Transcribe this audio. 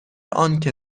آنکه